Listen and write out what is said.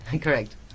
correct